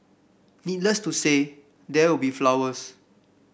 needless to say there will be flowers